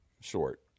short